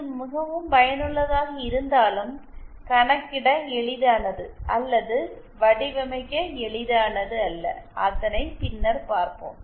இது மிகவும் பயனுள்ளதாக இருந்தாலும் கணக்கிட எளிதானது அல்லது வடிவமைக்க எளிதானது அல்ல அதனை பின்னர் பார்ப்போம்